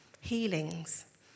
healings